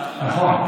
נכון.